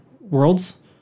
worlds